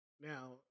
now